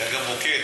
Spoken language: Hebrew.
היה גם "מוקד".